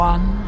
One